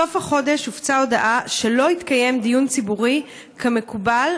בסוף החודש הופצה הודעה שלא יתקיים דיון ציבורי כמקובל,